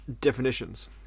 definitions